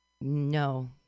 No